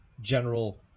general